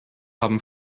haben